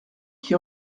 qui